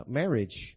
marriage